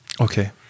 okay